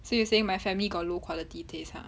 so you're saying my family got low quality taste ha